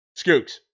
Skooks